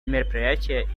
мероприятия